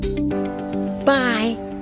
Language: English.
Bye